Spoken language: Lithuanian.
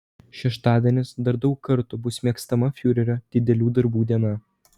šeštadienis dar daug kartų bus mėgstama fiurerio didelių darbų diena